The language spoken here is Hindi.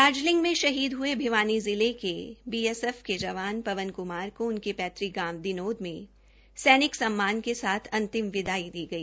दार्जलिंग में शहीद हये भिवानी जिले के भारत तिब्बत सीमा प्लिस के जवान पवन क्मार को उनके पैतृक गांव दिनोद में सैनिक सम्मान के साथ अंतिम विदाई दी गई